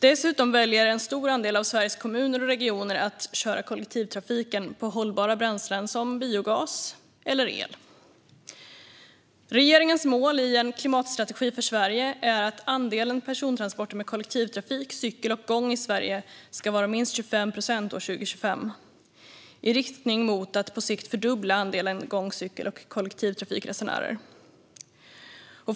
Dessutom väljer en stor andel av Sveriges kommuner och regioner att köra kollektivtrafiken på hållbara bränslen som biogas eller el. Regeringens mål i En klimatstrategi för Sverige är att andelen persontransporter med kollektivtrafik, cykel och gång i Sverige ska vara minst 25 procent 2025 i riktning mot att på sikt fördubbla andelen gång, cykel och kollektivtrafikresenärer.